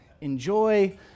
enjoy